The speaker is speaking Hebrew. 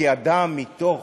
כי אדם מתוך